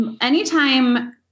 anytime